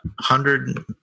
hundred